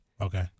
Okay